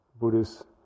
Buddhist